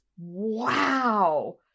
Wow